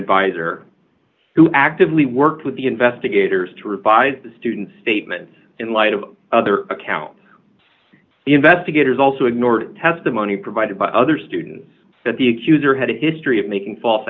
advisor who actively worked with the investigators to revise the student's statement in light of other accounts the investigators also ignored testimony provided by other students that the accuser had a history of making false